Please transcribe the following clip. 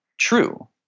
true